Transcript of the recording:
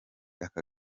aka